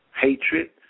hatred